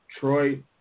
troy